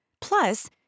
Plus